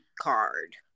card